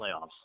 playoffs